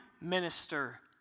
minister